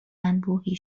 انبوهی